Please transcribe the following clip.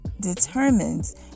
determines